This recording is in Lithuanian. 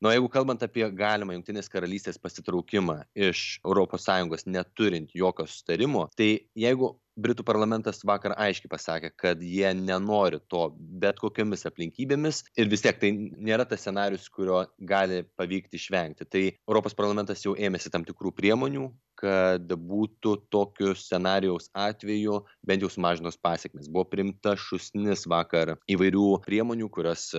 nu jeigu kalbant apie galimą jungtinės karalystės pasitraukimą iš europos sąjungos neturint jokio susitarimo tai jeigu britų parlamentas vakar aiškiai pasakė kad jie nenori to bet kokiomis aplinkybėmis ir vis tiek tai nėra tas scenarijus kurio gali pavykti išvengti tai europos parlamentas jau ėmėsi tam tikrų priemonių kad būtų tokio scenarijaus atveju bent jau sumažintos pasekmės buvo priimta šūsnis vakar įvairių priemonių kurios